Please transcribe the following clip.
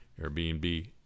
Airbnb